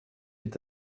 est